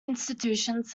institutions